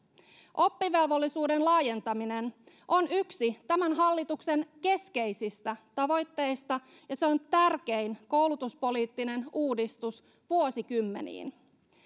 oppivelvollisuuden laajentaminen on yksi tämän hallituksen keskeisistä tavoitteista ja se on tärkein koulutuspoliittinen uudistus vuosikymmeniin